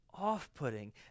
off-putting